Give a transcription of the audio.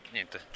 Niente